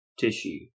tissue